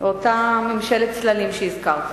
אותה ממשלת צללים שהזכרת.